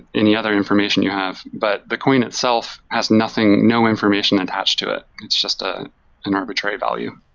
any other information you have, but the coin itself has nothing no information attached to it. it's just ah an arbitrary value